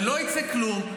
ולא יצא כלום,